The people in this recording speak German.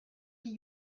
die